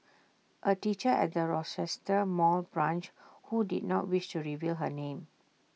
A teacher at the Rochester mall branch who did not wish to reveal her name